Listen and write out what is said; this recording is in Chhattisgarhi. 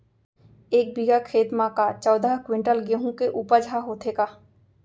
एक बीघा खेत म का चौदह क्विंटल गेहूँ के उपज ह होथे का?